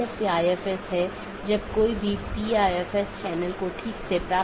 अब एक नया अपडेट है तो इसे एक नया रास्ता खोजना होगा और इसे दूसरों को विज्ञापित करना होगा